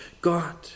God